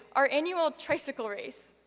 our annual tricycle race.